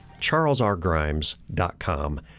charlesrgrimes.com